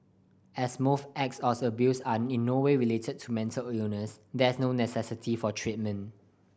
as most acts of abuse are in no way related to mental illness there is no necessity for treatment